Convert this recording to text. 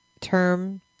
term